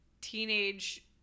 teenage